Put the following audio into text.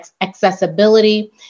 accessibility